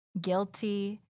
guilty